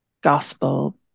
gospel